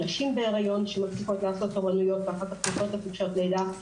נשים בהיריון שמצליחות לעשות תורניות ואחר כך יוצאות לחופשת לידה.